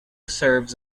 serves